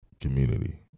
community